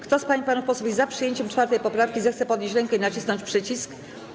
Kto z pań i panów posłów jest za przyjęciem 4. poprawki, zechce podnieść rękę i nacisnąć przycisk.